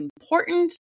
important